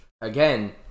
again